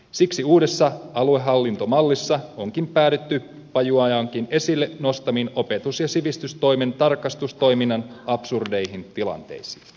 siksi uudessa aluehallintomallissa onkin päädytty pajuojankin esille nostamiin opetus ja sivistystoimen tarkastustoiminnan absurdeihin tilanteisiin